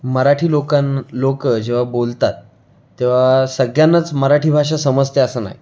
मराठी लोकान लोकं जेव्हा बोलतात तेव्हा सगळ्यांनाच मराठी भाषा समजते असं नाही